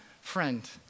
friend